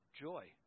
joy